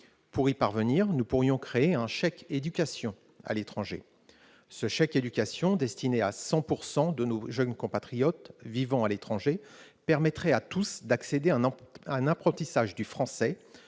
Pour y parvenir, nous pourrions créer un « chèque éducation » à l'étranger. Ce « chèque éducation », destiné à 100 % de nos jeunes compatriotes vivant à l'étranger, permettrait à tous d'accéder à un apprentissage du français